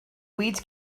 weeds